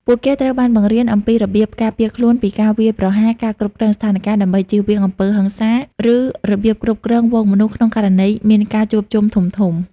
ពួកគេត្រូវបានបង្រៀនអំពីរបៀបការពារខ្លួនពីការវាយប្រហារ ការគ្រប់គ្រងស្ថានការណ៍ដើម្បីជៀសវាងអំពើហិង្សា ឬរបៀបគ្រប់គ្រងហ្វូងមនុស្សក្នុងករណីមានការជួបជុំធំៗ។